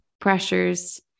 pressures